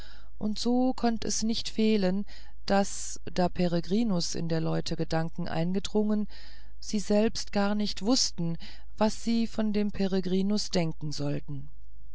und so konnt es nicht fehlen daß da peregrinus in der leute gedanken eingedrungen sie selbst gar nicht wußten was sie von dem peregrinus denken sollten